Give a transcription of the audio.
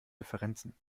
differenzen